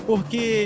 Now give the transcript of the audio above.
Porque